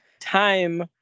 time